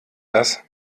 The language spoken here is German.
das